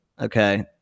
Okay